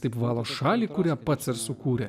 taip valo šalį kurią pats sukūrė